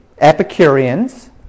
Epicureans